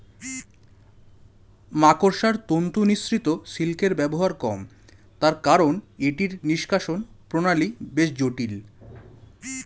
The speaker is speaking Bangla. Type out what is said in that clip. মাকড়সার তন্তু নিঃসৃত সিল্কের ব্যবহার কম, তার কারন এটির নিষ্কাশণ প্রণালী বেশ জটিল